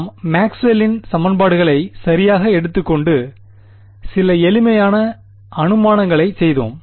நாம் மேக்ஸ்வெல்லின் சமன்பாடுகளை சரியாக எடுத்துக்கொண்டு சில எளிமையான அனுமானங்களைச் செய்தோம்